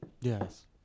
Yes